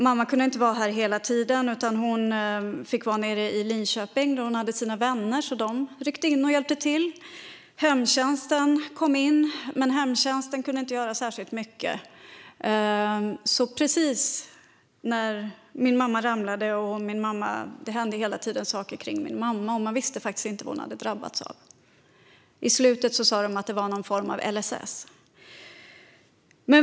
Mamma kunde inte vara här hela tiden, utan hon fick också vara nere i Linköping där hon hade sina vänner som ryckte in och hjälpte till. Hemtjänsten kom in, men hemtjänsten kunde inte göra särskilt mycket. Min mamma ramlade. Det hände hela tiden saker kring min mamma. Man visste inte vad hon hade drabbats av. Till slut sa de att det var någon form av ALS.